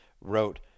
wrote